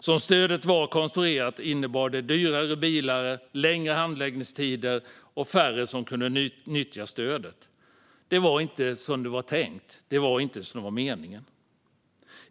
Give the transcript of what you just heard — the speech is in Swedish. Det sätt stödet var konstruerat på innebar dyrare bilar, längre handläggningstider och färre som kunde nyttja stödet. Det var inte tänkt eller meningen.